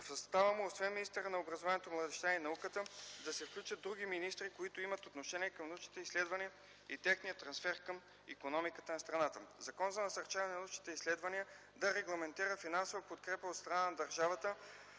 В състава му, освен министъра на образованието, младежта и науката, да се включат и други министри, които имат отношение към научните изследвания и техния трансфер към икономиката на страната. Законът за насърчаване на научните изследвания да регламентира финансова подкрепа от страна на държавата